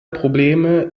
probleme